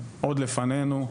עוד לפנינו,